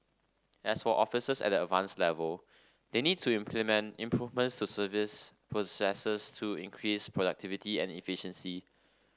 as for officers at the Advanced level they need to implement improvements to service processes to increase productivity and efficiency